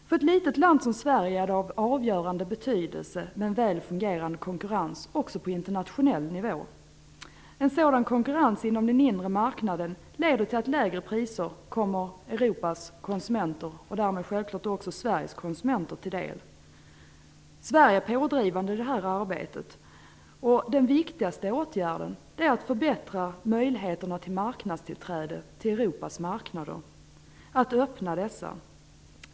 För ett litet land som Sverige är det av avgörande betydelse med en väl fungerande konkurrens också på internationell nivå. En sådan konkurrens inom den inre marknaden leder till att lägre priser kommer Europas konsumenter och därmed självfallet också Sveriges konsumenter till del. Sverige är pådrivande i detta arbete. Den viktigaste åtgärden är att förbättra möjligheterna till tillträde till Europas marknader - att öppna dessa.